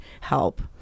help